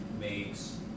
makes